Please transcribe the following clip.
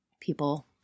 people